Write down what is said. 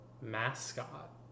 Mascot